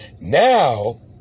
Now